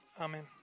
Amen